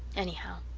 anyhow,